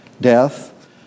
Death